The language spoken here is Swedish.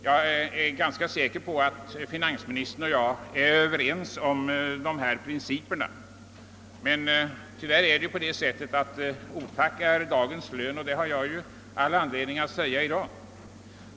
Jag är ganska säker på att finansministern och jag därvidlag i princip är ense. Men tyvärr är otack världens lön. Det har jag anledning konstatera i dag.